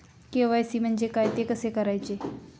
KYC म्हणजे काय? ते कसे करायचे?